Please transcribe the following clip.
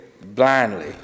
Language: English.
blindly